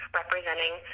representing